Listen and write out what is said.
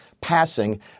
passing